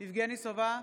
יבגני סובה,